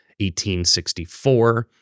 1864